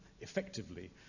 Effectively